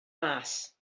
mas